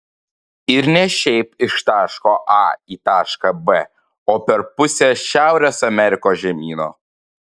ir ne šiaip iš taško a į tašką b o per pusę šiaurės amerikos žemyno